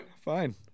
fine